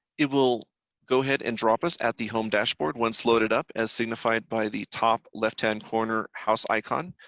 it will go ahead and drop us at the home dashboard once loaded up as signified by the top left-hand corner house icon.